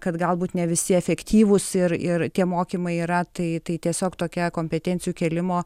kad galbūt ne visi efektyvūs ir ir tie mokymai yra tai tai tiesiog tokia kompetencijų kėlimo